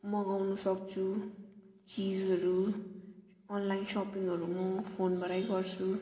मगाउन सक्छु चिजहरू अनलाइन सपिङहरू म फोनबाटै गर्छु